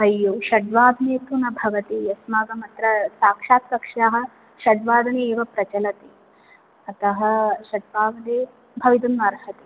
अय्यो षड्वादने तु न भवति अस्माकमत्र साक्षात् कक्ष्याः षड्वादने एव प्रचलति अतः षड्वादने भवितुं नार्हति